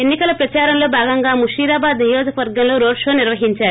ఎన్ని కలే ప్రచారంలో భాగంగా ముషీరాబాద్ నియోజకవర్గంలో రోడ్షో నిర్పహించారు